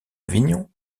avignon